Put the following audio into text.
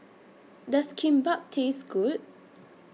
Does Kimbap Taste Good